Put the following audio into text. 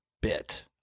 bit